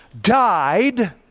died